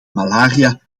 malaria